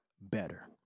better